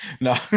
no